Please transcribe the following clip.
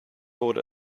wurde